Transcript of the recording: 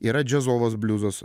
yra džialuos bliuzas